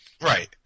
Right